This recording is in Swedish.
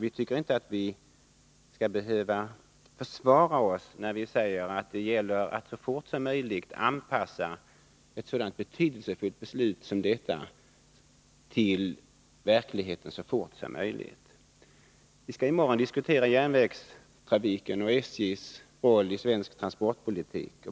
Vi tycker inte att vi skall behöva försvara oss när vi säger att det gäller att så fort som möjligt anpassa ett så betydelsefullt beslut som detta till verkligheten. Vi skall i morgon diskutera järnvägstrafiken och SJ:s roll i svensk transportpolitik.